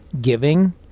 giving